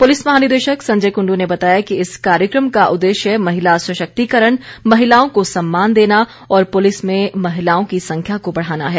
police महानिदेशक संजय कुंडू ने बताया कि इस कार्यक्रम का उद्देश्य महिला सशक्तिकरण महिलाओं को सम्मान देना और पुलिस में महिलाओं की संख्या को बढ़ाना है